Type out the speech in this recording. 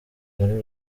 muri